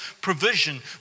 provision